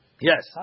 Yes